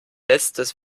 letztes